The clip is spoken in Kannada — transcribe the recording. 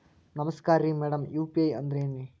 ನಮಸ್ಕಾರ್ರಿ ಮಾಡಮ್ ಯು.ಪಿ.ಐ ಅಂದ್ರೆನ್ರಿ?